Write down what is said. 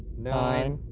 nine.